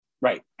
right